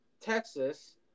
Texas